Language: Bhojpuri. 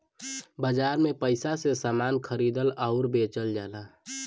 बाजार में पइसा से समान को खरीदल आउर बेचल जाला